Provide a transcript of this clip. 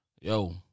yo